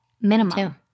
minimum